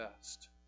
best